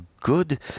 good